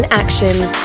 actions